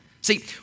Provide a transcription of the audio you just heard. See